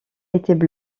étaient